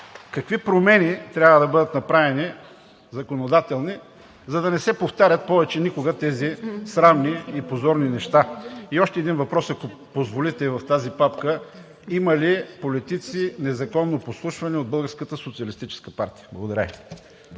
промени трябва да бъдат направени, за да не се повтарят повече никога тези срамни и позорни неща? И още един въпрос, ако позволите: в тази папка има ли политици незаконно подслушвани от Българската